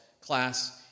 class